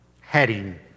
heading